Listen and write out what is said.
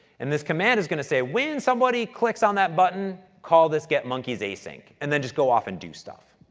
and this command is going to say, when somebody clicks on that button, call this get monkeys a-sync and just go off and do stuff.